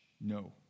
no